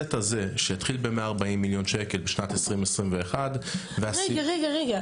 בסט הזה שהתחיל ב-140 מיליון שקל בשנת 2021 --- רגע רגע.